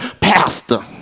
Pastor